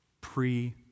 pre